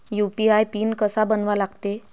UPI PIN कसा बनवा लागते?